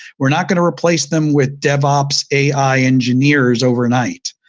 we're not going to replace them with dev ops, ai, engineers overnight.